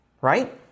right